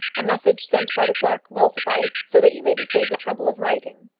a message sent by the clerk will suffice, so that you may be saved the trouble of writing.